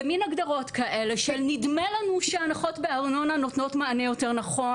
במין הגדרות כאלה של נדמה לנו שהנחות בארנונה נותנות מענה יותר נכון,